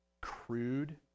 crude